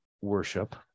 worship